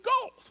gold